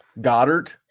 Goddard